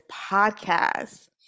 podcast